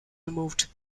removed